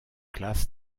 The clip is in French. classes